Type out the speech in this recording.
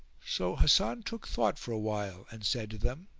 so hasan took thought for a while and said to them,